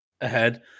ahead